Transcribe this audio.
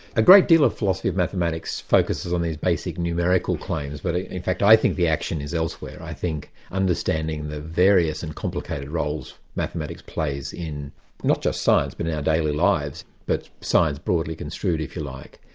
a great deal of philosophy of mathematics focuses on these basic numerical claims, but in fact i think the action is elsewhere. i think understanding the various and complicated roles mathematics plays in not just science, but in our daily lives, but science broadly construed if you like.